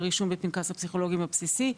הרישום בפנקס הפסיכולוגים הבסיסי,